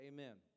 Amen